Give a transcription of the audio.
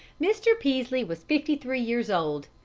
mr. peaslee was fifty-three years old.